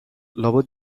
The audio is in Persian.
لابد